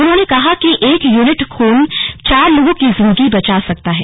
उन्होंने कहा कि एक यूनिट खून चार लोगों की जिन्दगी बचा सकता है